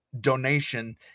donation